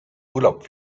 urlaub